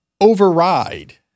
override